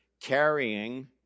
carrying